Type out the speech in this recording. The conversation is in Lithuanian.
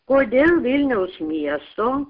kodėl vilniaus miesto